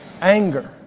Anger